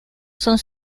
son